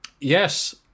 Yes